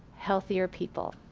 healthier people.